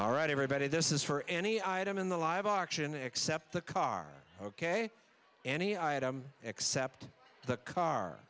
all right everybody this is for any item in the live auction except the car ok any item except the car